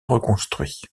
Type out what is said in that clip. reconstruit